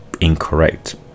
incorrect